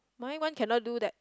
my one cannot do that